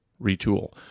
retool